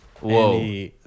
whoa